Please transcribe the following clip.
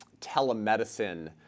telemedicine